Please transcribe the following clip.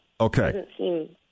Okay